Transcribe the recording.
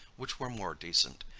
which were more decent,